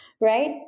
right